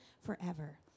forever